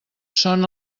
són